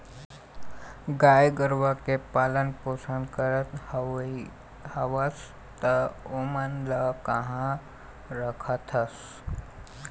गाय गरुवा के पालन पोसन करत हवस त ओमन ल काँहा रखथस?